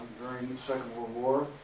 during the second world war.